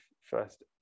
first